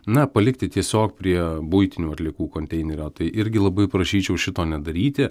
na palikti tiesiog prie buitinių atliekų konteinerio tai irgi labai prašyčiau šito nedaryti